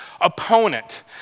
opponent